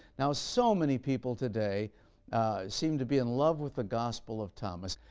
now so many people today seem to be in love with the gospel of thomas.